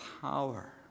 power